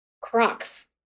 Crocs